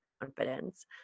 confidence